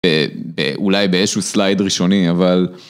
אולי באיזשהו סלייד ראשוני, אבל...